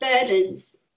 burdens